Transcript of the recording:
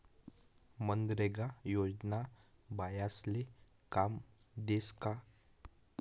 मनरेगा योजना बायास्ले काम देस का?